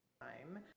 time